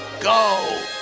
go